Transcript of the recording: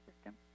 system